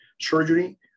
surgery